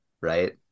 right